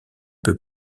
peut